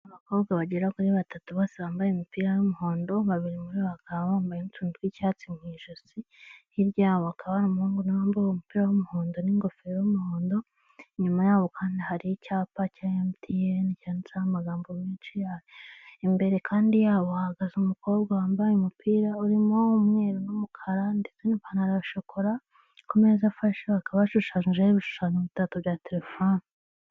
Abakobwa bagera kuri batatu bose bambaye imipira y'umuhondo babiri muri bakaba bambaye utuntu tw'icyatsi mu ijosi hirya yabo hakaba hari umuhungu wambaye umupira w'umuhondo n'ingofero y'umuhondo. Inyuma yaho kandi hari icyapa cya Emutiyeni cyanditseho amagambo menshi imbere kandi yabo bahagaze umukobwa wambaye umupira urimo umweru n'umukara n'ipantaro ya shokora ku mezafashe akaba ashushanyijeho ibishushanyo bitatu bya telefone.